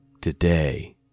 Today